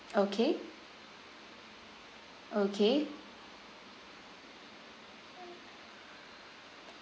okay okay